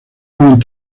pueden